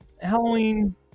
Halloween